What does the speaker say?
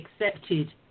accepted